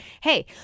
hey